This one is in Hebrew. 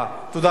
תודה רבה.